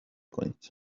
کنید